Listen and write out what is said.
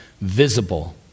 visible